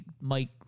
Mike